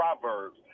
proverbs